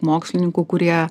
mokslininkų kurie